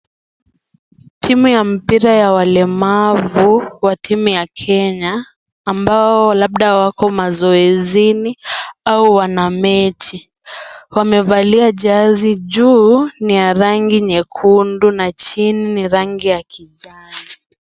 Timu ya mpira ya walemavu wa timu ya Kenya, ambao labda wako mazoezini au wana mechi. Wemevalia jazi, juu ni ya rangi nyekundu na chini ni rangi ya kijani.